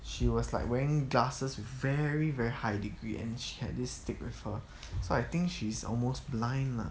she was like wearing glasses with very very high degree and she had this stick with her so I think she's almost blind lah